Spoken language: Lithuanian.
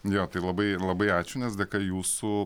jo tai labai labai ačiū nes dėka jūsų